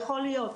יכול להיות,